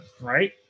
right